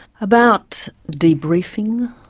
about debriefing,